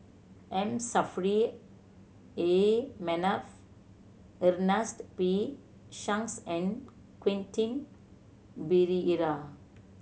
M Saffri A Manaf Ernest P Shanks and Quentin Pereira